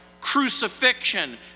crucifixion